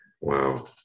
Wow